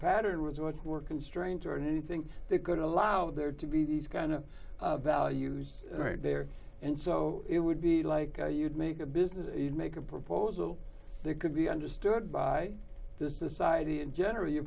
pattern with what work constraints are anything the good allow there to be these kind of values right there and so it would be like you'd make a business you'd make a proposal that could be understood by the society in general you